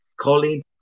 Colin